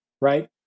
right